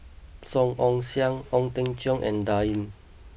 Song Ong Siang Ong Teng Cheong and Dan Ying